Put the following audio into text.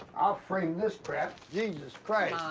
i'll frame this crap, jesus christ.